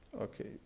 Okay